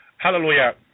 Hallelujah